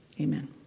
Amen